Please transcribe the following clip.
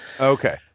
okay